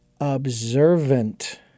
observant